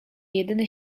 jedyny